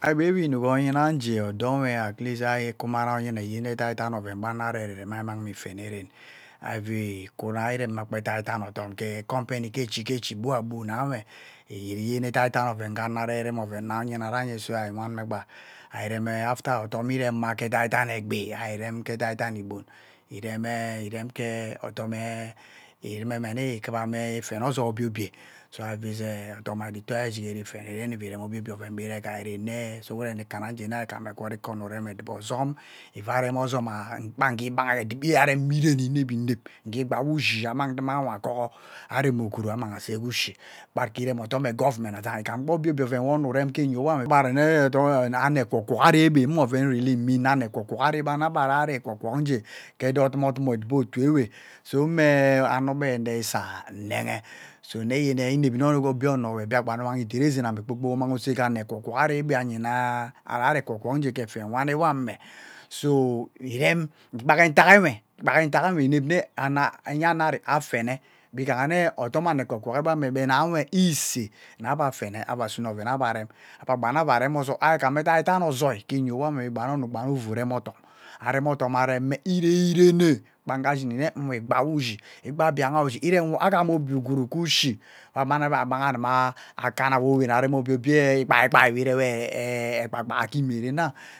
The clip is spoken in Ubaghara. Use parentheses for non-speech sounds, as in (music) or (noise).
Ari gbe egbe inwi onyina jie odowe at least iyi kuma onyina iyen edaidai oven gbe-ano aregererem iyi mang me ifene ren (unintelligible) Ari vi kurairenn mmke edaidai odomp ke company kechikechi gwabu gwabu newe iyen edaidai oven ngea ano arirem oven duao oyima dai ye so ari nwan me arirem after odom eremma ke edaidan egbi chee irem ke edaidan egbon ehe iremee eremmkeh odom ehee, ivurume odem kumuni ifeme uzoi obie obie so ari vii zii odom ari-vi dõo itea ari fene-den ivi-vem obie ovem bevea gai-den sughuren kanah-je nne ari gham egwot ike onõ gbange ge rem odube ozom ivai reme ozom aeh kpa-ge kwaha odube areme inep inep nge kwa-wo uyiñ ammang-zuma nwe agoha arem ugwuru aeh-seguoshi kpat ke erem odom eah government azaha igam kpee obie-obie oven we ono urem ke onyo ewam ivu-kumne toho ano-kwo kwo ari be me oven really nne ano kwu kwu aribe mmo-vem wea meaning nwe ano-kwu-kwu me ano be are-ari kwũ-kwũ ke odum odum otu-be we mme ano-be nuri saa mneghe eah so inevi nneyen obie ono-we Biakpan umang ideri czen-eme kpookpok umang seke ano kwu-kwo ari-be aywena aeh arari ekwo-kwo-ke efia nwani ewambe eah so irem, kpak-ke ntak nwe, kpake-ke ntat nnwee inep-nne ano eyano ari afene gwe-gaha ne odom ano ekwo-kwo be-nawe esea sea-abe afene avesune ovum-abe arem, abe-ghan ne avaireh ozoũm iyi-gham edai-dai ozoi-ke onye we-gban-ge arem odom, arem odum-we areme ireherene kpa-ge ashini nne-we kpa-wo ushi, ikpa gbianha ushe iremwo gham obie ugwuru-ke ushi i we aman kana awowan arem obie obie ikpai kpai we eeh kwaha-ke imieren.